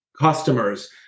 customers